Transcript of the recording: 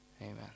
Amen